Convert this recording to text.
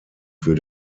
für